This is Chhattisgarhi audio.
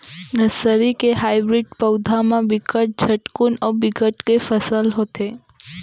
नरसरी के हाइब्रिड पउधा म बिकट झटकुन अउ बिकट के फसल होथे